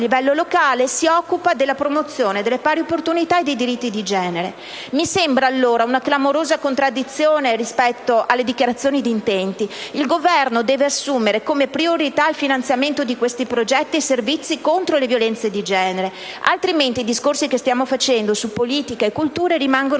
livello locale, si occupa della promozione delle pari opportunità e dei diritti di genere. Mi sembra, allora, una clamorosa contraddizione rispetto alle dichiarazioni di intenti: il Governo deve assumere come priorità il finanziamento di questi progetti e servizi contro le violenze di genere, altrimenti i discorsi che stiamo facendo su politiche e culture rimangono